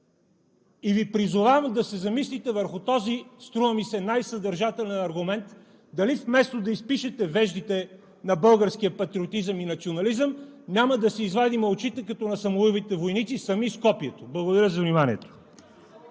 Призовавам Ви да се замислите върху този, струва ми се, най-съдържателен аргумент: дали вместо да изпишете веждите на българския патриотизъм и национализъм, няма да си извадим очите, като на Самуиловите войници, сами с копието. Благодаря за вниманието.